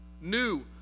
New